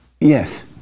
Yes